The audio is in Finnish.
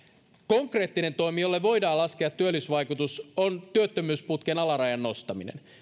konkreettinen toimi jolle voidaan laskea työllisyysvaikutus on työttömyysputken alarajan nostaminen